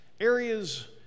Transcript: areas